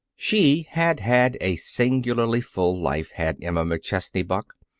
she had had a singularly full life, had emma mcchesney buck.